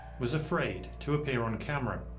was afraid to appear on camera.